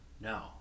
No